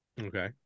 okay